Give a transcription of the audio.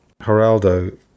Geraldo